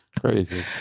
crazy